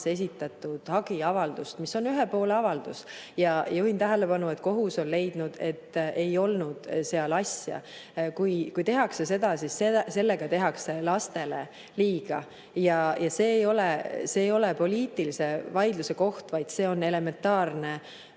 esitatud hagiavaldust, mis on ühe poole avaldus. Juhin tähelepanu, et kohus on leidnud, et ei olnud seal asja. Kui tehakse seda, siis sellega tehakse lastele liiga. See ei ole poliitilise vaidluse koht, vaid see on elementaarne